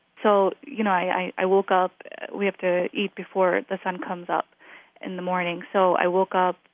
so you know i i woke up we have to eat before the sun comes up in the morning. so i woke up,